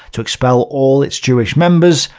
to expel all its jewish members,